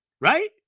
Right